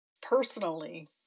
personally